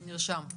נרשם.